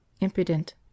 impudent